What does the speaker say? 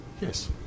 Yes